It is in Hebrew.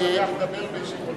הייתי שמח לדבר בישיבה כזאת.